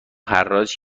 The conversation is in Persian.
حراج